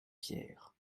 pierres